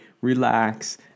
relax